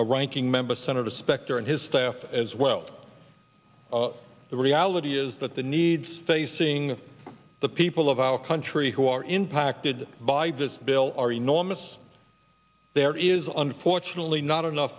a ranking member senator specter and his staff as well the reality is that the needs facing the people of our country who are impacted by this bill are enormous there is unfortunately not enough